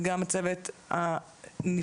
וגם הצוות הנפלא,